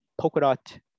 Polkadot